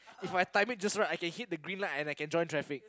If my timing just right I can hit the green light and I can join traffic